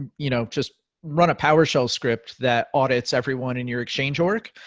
um you know just run a powershell script that audits everyone in your exchange org.